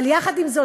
ועם זאת,